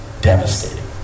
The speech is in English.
devastating